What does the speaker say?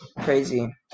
crazy